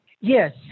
Yes